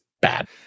bad